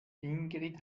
ingrid